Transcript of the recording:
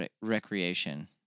Recreation